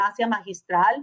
Magistral